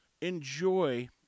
enjoy